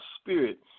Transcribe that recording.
spirit